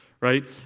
Right